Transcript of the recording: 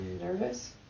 nervous